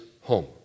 home